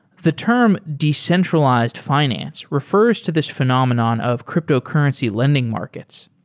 the term decentralized finance refers to this phenomenon of cryptocurrency lending markets.